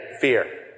fear